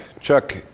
Chuck